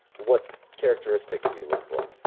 what characteristics do you look for?